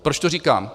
Proč to říkám?